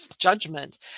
judgment